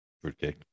Fruitcake